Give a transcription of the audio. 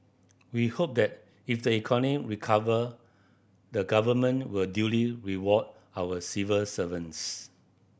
we hope that if the economy recover the Government will duly reward our civil servants